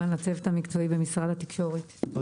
הישיבה ננעלה בשעה 12:10. .